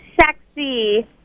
sexy